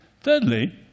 Thirdly